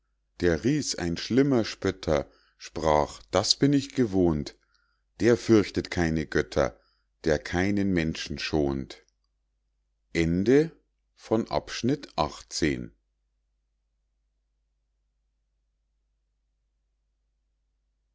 der ries ein schlimmer spötter sprach das bin ich gewohnt der fürchtet keine götter der keinen menschen schont